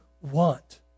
want